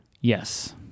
Yes